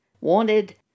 wanted